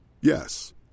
Yes